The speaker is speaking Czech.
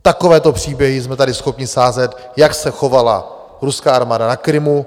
Takovéto příběhy jsme tady schopni sázet, jak se chovala ruská armáda na Krymu.